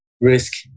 risk